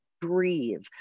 breathe